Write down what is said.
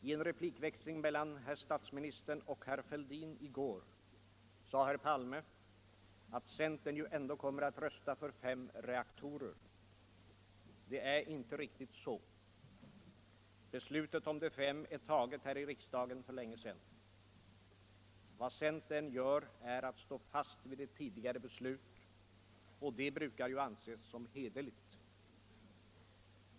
I en replikväxling mellan herr statsministern och herr Fälldin i går sade herr Palme, att centern ju ändå kommer att rösta för fem reaktorer. Det är inte riktigt så. Beslutet om de fem är fattat här i riksdagen för länge sedan. Vad centern gör är att stå fast vid ett tidigare beslut — och det brukar ju anses som hederligt.